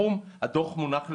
הדוח מונח לפנייך,